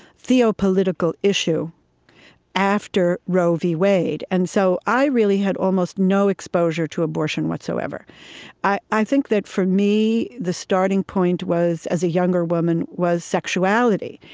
theo-political issue after roe v. wade. and so i really had almost no exposure to abortion whatsoever i i think that, for me, the starting point as a younger woman was sexuality,